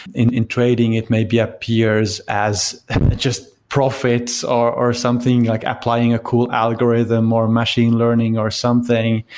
in in trading it maybe appears as just profits are or something, like applying a cool algorithm or machine learning or something.